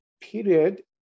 period